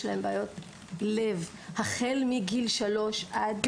להם בעיות לב החל מגיל שלוש עד ---?